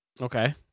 Okay